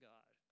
God